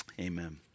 amen